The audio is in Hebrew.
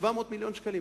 700 מיליון שקלים.